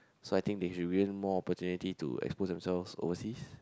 so I think they should win more opportunity to expose themselves overseas